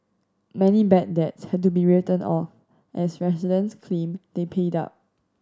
many bad debts had to be written off as residents claim they paid up